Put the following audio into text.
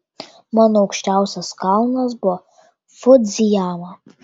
mano aukščiausias kalnas buvo fudzijama